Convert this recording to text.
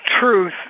Truth